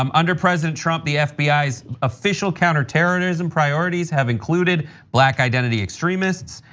um under president trump, the fbi's official counterterrorism priorities have included black identity extremists,